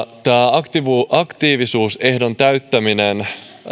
tämä aktiivisuusehdon täyttäminen